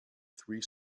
three